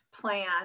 plan